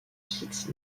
site